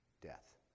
death